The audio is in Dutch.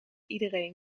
iedereen